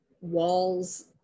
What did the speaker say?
walls